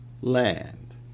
land